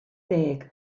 deg